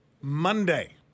Monday